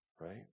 Right